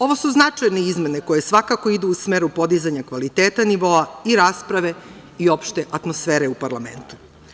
Ovo su značajne izmene koje svakako idu u smeru podizanja kvaliteta nivoa i rasprave i opšte atmosfere u parlamentu.